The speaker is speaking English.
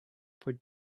for